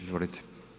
Izvolite.